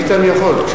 בשאילתא אני יכול.